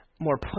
more